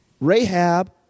Rahab